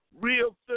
real